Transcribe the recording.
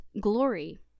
glory